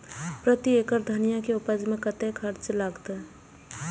प्रति एकड़ धनिया के उपज में कतेक खर्चा लगते?